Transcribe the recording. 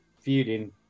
feuding